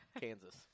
Kansas